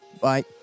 Bye